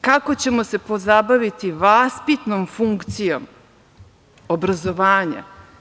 Kako ćemo se pozabaviti vaspitnom funkcijom obrazovanja?